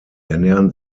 ernähren